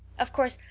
of course,